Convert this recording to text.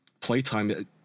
playtime